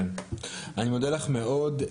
אני מודה לך מאוד.